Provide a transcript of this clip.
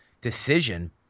decision